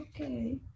Okay